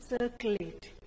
circulate